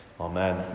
Amen